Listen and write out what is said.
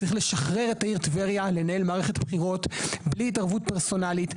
צריך לשחרר את העיר טבריה לנהל מערכת בחירות בלי התערבות פרסונלית.